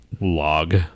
Log